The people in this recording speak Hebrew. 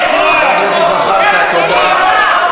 חבר הכנסת זחאלקה, תודה.